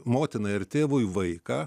motinai ar tėvui vaiką